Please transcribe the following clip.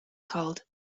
called